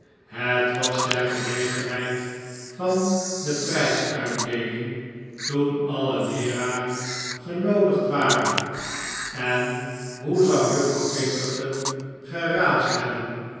het was ter gelegenheid van de prijsuitdeeling toen alle leeraren genoodigd waren en hoe zou juffrouw pinkerton geraasd hebben